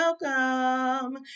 welcome